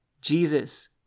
Jesus